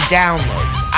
downloads